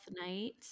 night